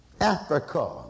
Africa